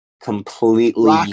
completely